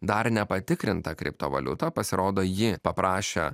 dar nepatikrintą kriptovaliutą pasirodo ji paprašė